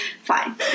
fine